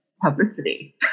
publicity